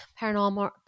paranormal